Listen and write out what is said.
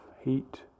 heat